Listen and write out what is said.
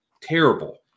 terrible